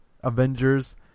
Avengers